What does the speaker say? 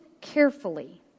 carefully